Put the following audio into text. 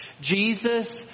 Jesus